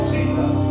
Jesus